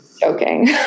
joking